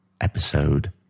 episode